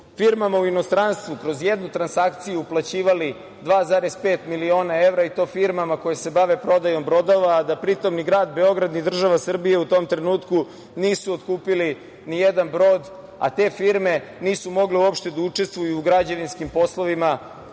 firmama u inostranstvu kroz jednu transakciju uplaćivali 2,5 miliona evra, i to firmama koje se bave prodajom brodova, a da pri tom ni Grad Beograd ni država Srbija u tom trenutku nisu otkupili nijedan brod, a te firme nisu mogle uopšte da učestvuju u građevinskim poslovima